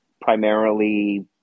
primarily